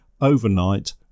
overnight